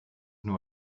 nur